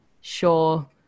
sure